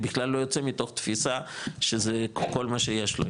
בכלל לא יוצא מתוך תפיסה שזה כל מה שיש לו,